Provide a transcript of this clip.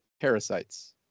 parasites